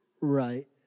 Right